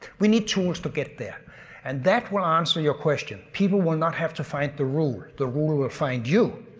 we need tools to get there and that will answer your question. people will not have to find the rule, the rule rule will find you,